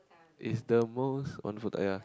is the most wonderful time ya